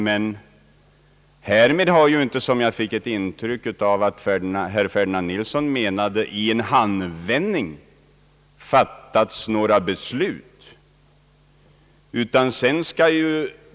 Men några beslut har inte fattats så där i en handvändning, vilket jag fick ett intryck av att herr Ferdinand Nilsson menade.